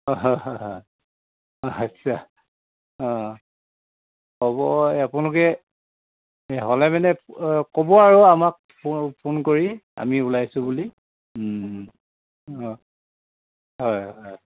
হয় হয় হয় আচ্ছা অঁ হ'ব এই আপোনালোকে এই হ'লে মানে অঁ ক'ব আৰু আমাক ফোন ফোন কৰি আমি ওলাইছো বুলি অঁ হয় হয়